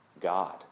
God